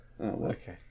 okay